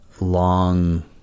long